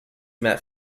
met